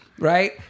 Right